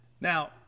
Now